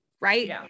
Right